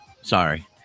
Sorry